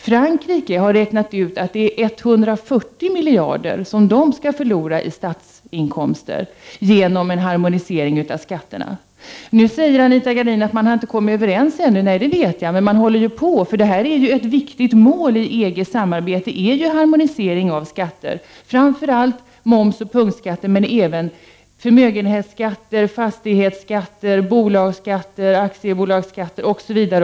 Frankrike har räknat ut att man kommer att förlora 140 miljarder i statsinkomster genom en harmonisering av skatterna. Nu säger Anita Gradin att man inte har kommit överens än. Nej, det vet jag, men man håller ju på. Harmonisering av skatterna är ju ett viktigt mål, framför allt moms och punktskatter, men även förmögenhetsskatter, fastighetsskatter, bolagsskatter, aktiebolagsskatter osv.